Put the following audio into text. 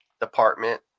department